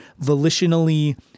volitionally